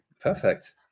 perfect